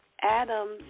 Adams